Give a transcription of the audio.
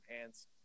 Hands